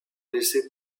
laissé